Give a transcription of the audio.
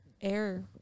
air